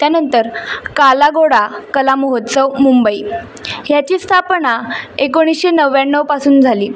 त्यानंतर काला घोडा कला महोत्सव मुंबई ह्याची स्थापणा एकोणीसशे नव्याण्णवपासून झाली